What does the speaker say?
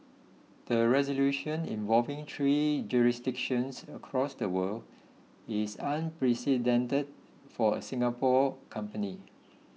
the resolution involving three jurisdictions across the world is unprecedented for a Singapore company